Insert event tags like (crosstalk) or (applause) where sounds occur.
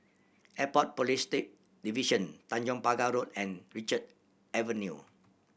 Airport Police (unintelligible) Division Tanjong Pagar Road and Richard Avenue